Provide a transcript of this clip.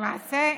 למעשה,